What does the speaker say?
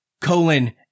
colon